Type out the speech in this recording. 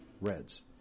Reds